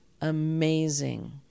amazing